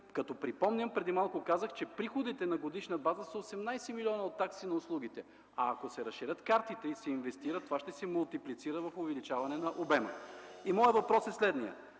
пари? Припомням, а и преди малко казах, че приходите на годишна база са 18 млн. лв. от такси на услугите, а ако се разширят картите и се инвестира, това ще се мултиплицира в увеличаване на обема. Моят въпрос е: готови